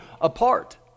apart